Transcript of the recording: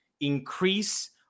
increase